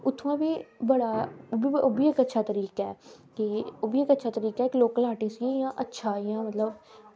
ते उत्थुआं बी बड़ा एह्बी इक्क बड़ा अच्छा तरीका ऐ की इक्क लोक आर्टिस्ट गी इक्क अच्छा इंया मतलब